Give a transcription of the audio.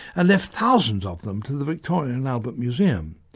left thousands of them to the victoria and albert museum.